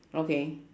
okay